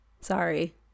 Sorry